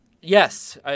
Yes